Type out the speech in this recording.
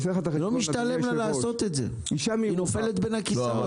לא משתלם לה לעשות את זה, היא נופלת בין הכיסאות.